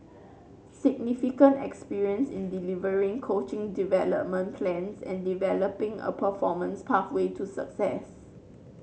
significant experience in delivering coaching development plans and developing a performance pathway to success